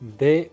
de